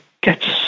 get